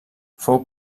fou